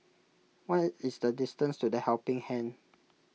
what is the distance to the Helping Hand